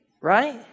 right